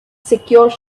secure